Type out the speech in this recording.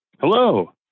Hello